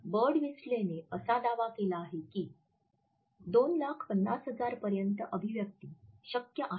बर्डविस्टेलने असा दावा केला आहे की २५०००० पर्यंत अभिव्यक्ती शक्य आहेत